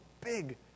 big